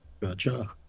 gotcha